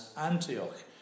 Antioch